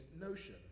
notion